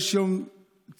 יש יום ציון,